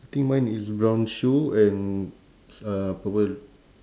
I think mine is brown shoe and uh purple